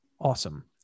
awesome